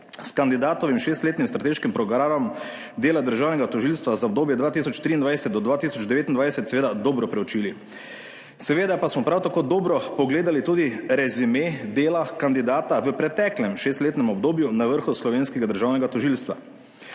s kandidatom in šestletnim strateškim programom dela državnega tožilstva za obdobje 2023 do 2029 seveda dobro preučili. Seveda pa smo prav tako dobro pogledali tudi rezime dela kandidata v preteklem šestletnem obdobju na vrhu slovenskega državnega tožilstva.